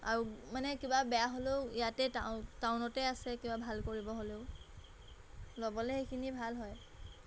আৰু মানে কিবা বেয়া হ'লেও ইয়াতে টাউনতে আছে কিবা ভাল কৰিব হ'লেও ল'বলৈ সেইখিনি ভাল হয়